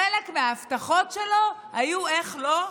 חלק מההבטחות שלו היו, איך לא?